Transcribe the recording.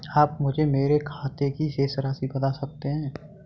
आप मुझे मेरे खाते की शेष राशि बता सकते हैं?